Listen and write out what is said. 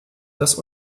das